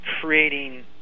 creating